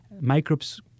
Microbes